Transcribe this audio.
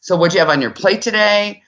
so what'd you have on your plate today,